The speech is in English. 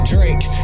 Drake